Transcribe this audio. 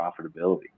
profitability